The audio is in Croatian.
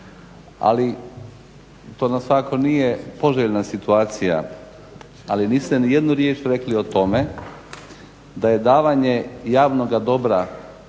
Ali za svakako nije poželjna situacija ali niste ni jednu riječ rekli o tome da je davanje javnoga dobra